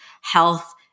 health